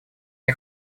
мне